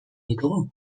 ditugu